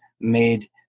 made